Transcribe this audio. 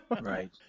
Right